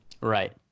right